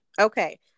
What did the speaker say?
Okay